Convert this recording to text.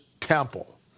temple